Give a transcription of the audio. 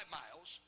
miles